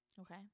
Okay